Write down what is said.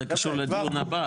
זה קשור לדיון הבא.